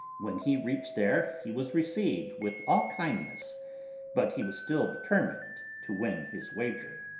when he reached there he was re ceived with all kindness but he was still determined to win his wager.